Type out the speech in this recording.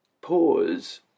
Pause